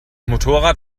motorrad